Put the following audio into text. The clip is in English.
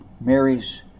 Mary's